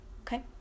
Okay